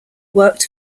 worked